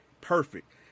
Perfect